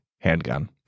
handgun